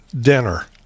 dinner